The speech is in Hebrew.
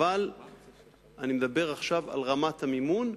אבל אני מדבר עכשיו על רמת המימון,